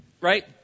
right